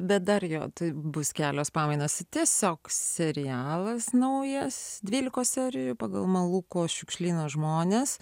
bet dar jo tai bus kelios pamainos tiesiog serialas naujas dvylikos serijų pagal malūko šiukšlyno žmonės